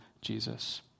Jesus